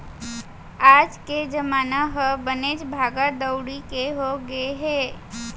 आज के जमाना ह बनेच भागा दउड़ी के हो गए हे